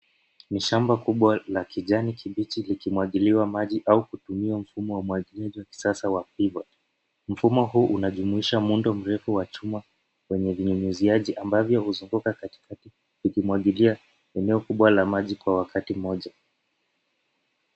Ni shamba kubwa la kijani kibichi likimwagiliwa maji au kutumia mfumo wa kisasa wa pivot . Mfumo huu unajumuisha muundo mrefu wa chuma, wenye vinyunyiziaji ambavyo huzunguka katikati, vikimwagilia eneo kubwa la maji kwa wakati mmoja.